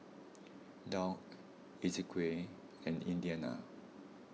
Dock Ezequiel and Indiana